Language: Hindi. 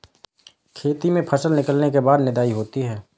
खेती में फसल निकलने के बाद निदाई होती हैं?